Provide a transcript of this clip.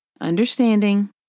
understanding